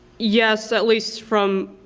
yes, at least from